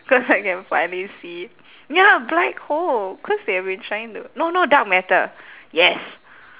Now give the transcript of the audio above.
cause I can finally see ya black hole cause they have been trying to no no dark matter yes